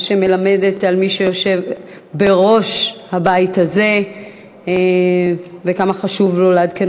שמלמדת על מי שיושב בראש הבית הזה וכמה חשוב לו לעדכן